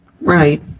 Right